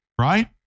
Right